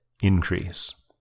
increase